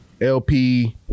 LP